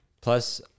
Plus